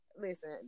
listen